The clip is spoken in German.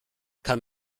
kann